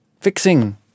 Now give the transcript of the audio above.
Fixing